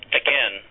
again